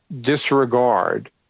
disregard